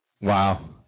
Wow